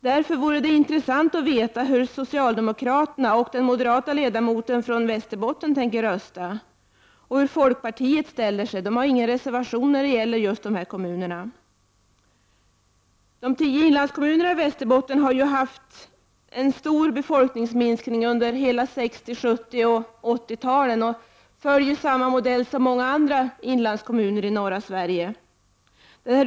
Det vore därför intressant att veta hur socialdemokraterna och den moderata ledamoten från Västerbotten tänker rösta. Det vore också intressant att veta hur folkpartiet ställer sig — folkpartiet har ingen reservation när det gäller just de här kommunerna. Det tio inlandskommunerna i Västerbotten har under hela 1960-, 1970 och 1980-talen haft en stor befolkningsminskning och utvecklats enligt samma modell som många andra inlandskommuner i norra Sverige.